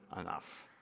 enough